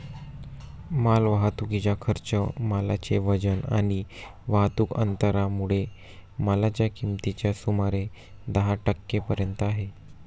माल वाहतुकीचा खर्च मालाचे वजन आणि वाहतुक अंतरामुळे मालाच्या किमतीच्या सुमारे दहा टक्के पर्यंत आहे